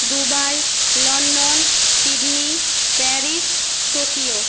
Dubai London Sydney Paris Tokyo